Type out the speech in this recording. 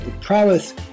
prowess